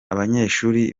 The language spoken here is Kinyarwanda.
abanyeshuri